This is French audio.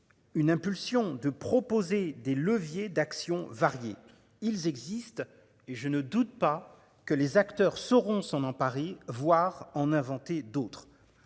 Une impulsion de proposer des leviers d'action variées, ils existent et je ne doute pas que les acteurs seront sans dans Paris, voir en inventer d'autres.